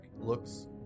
looks